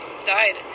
died